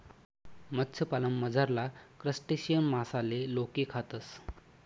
मत्स्यपालनमझारला क्रस्टेशियन मासाले लोके खातस